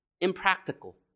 impractical